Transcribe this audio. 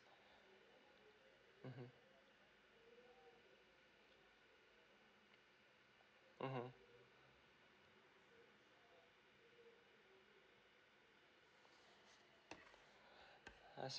mmhmm mmhmm